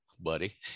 buddy